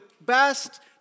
best